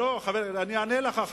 אני רוצה להגיד לך,